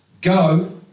go